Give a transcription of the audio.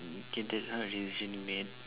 can some of the decision you made